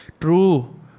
True